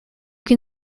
can